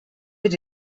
mit